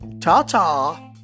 Ta-ta